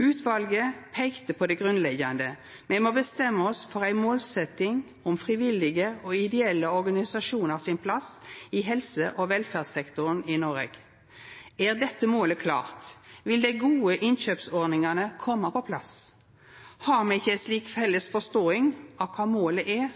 Utvalet peikte på det grunnleggjande: Me må bestemma oss for ei målsetting om frivillige og ideelle organisasjonar sin plass i helse- og velferdssektoren i Noreg. Er dette målet klart, vil dei gode innkjøpsordningane koma på plass. Har me ikkje ei slik felles forståing av kva målet er,